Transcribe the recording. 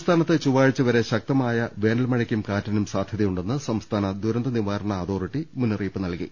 സംസ്ഥാനത്ത് ചൊവ്വാഴ്ച വരെ ശക്തമായ വേനൽമഴയ്ക്കും കാറ്റിനും സാധ്യതയുണ്ടെന്ന് സംസ്ഥാന ദുരന്ത നിവാരണ അതോ റിറ്റി മുന്നറിയിപ്പ് നൽകി